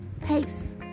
pace